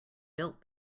built